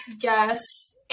guess